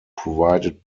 provided